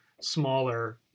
smaller